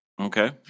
Okay